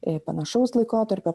jei panašaus laikotarpio